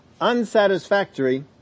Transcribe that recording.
unsatisfactory